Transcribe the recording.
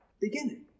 beginning